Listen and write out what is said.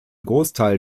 großteil